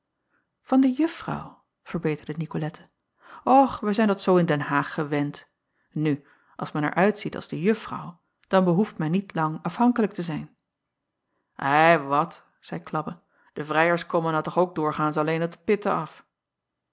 an de uffrouw verbeterde icolette ch wij zijn dat zoo in den aag gewend nu als men er uitziet als de uffrouw dan behoeft men niet lang afhankelijk te zijn i wat zeî labbe de vrijers kommen nou toch ook doorgaans alleen op de pitten af